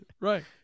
Right